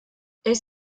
ich